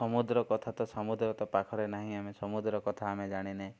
ସମୁଦ୍ର କଥା ତ ସମୁଦ୍ର ତ ପାଖରେ ନାହିଁ ଆମେ ସମୁଦ୍ର କଥା ଆମେ ଜାଣିନେ